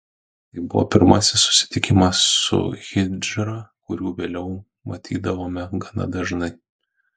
tai buvo pirmasis susitikimas su hidžra kurių vėliau matydavome gana dažnai